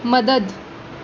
मदद